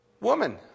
woman